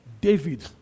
David